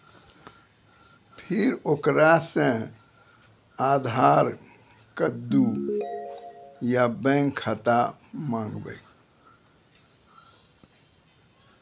फिर ओकरा से आधार कद्दू या बैंक खाता माँगबै?